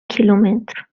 کیلومتر